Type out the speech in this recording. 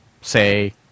say